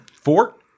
Fort